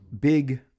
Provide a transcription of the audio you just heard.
big